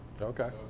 Okay